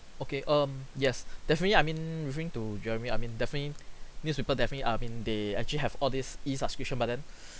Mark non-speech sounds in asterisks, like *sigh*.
okay um yes definitely I mean referring to germany I mean definitely *breath* needs people definitely err mean they actually have all these e-subscription but then *breath*